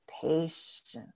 patience